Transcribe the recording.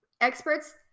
Experts